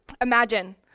Imagine